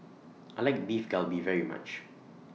I like Beef Galbi very much